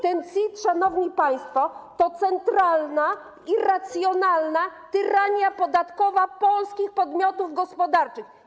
Ten CIT, szanowni państwo, to centralna, irracjonalna tyrania podatkowa wobec polskich podmiotów gospodarczych.